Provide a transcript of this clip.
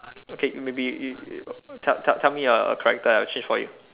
okay maybe you you tell tell tell me a character I will change for you